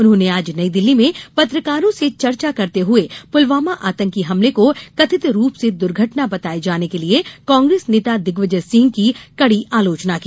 उन्होंने आज नई दिल्ली में पत्रकारों से चर्चा करते हुये पुलवामा आतंकी हमले को कथित रूप से दुर्घटना बताये जाने के लिये कांग्रेस नेता दिग्विजय सिंह कड़ी आलोचना की